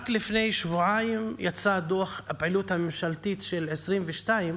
לפני שבועיים יצא דוח הפעילות הממשלתית של 2022,